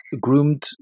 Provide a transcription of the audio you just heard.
groomed